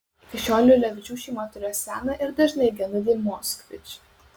iki šiol liulevičių šeima turėjo seną ir dažnai gendantį moskvič